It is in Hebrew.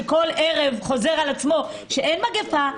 שכל ערב חוזר על עצמו ואומר שאין מגיפה,